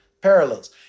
parallels